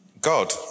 God